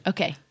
Okay